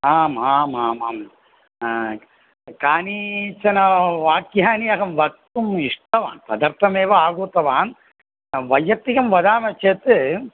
आम् आम् आम् आं कानिचनवाक्यानि अहं वक्तुम् इष्टवान् तदर्थमेव आहूतवान् वैयक्तिकं वदामश्चेत्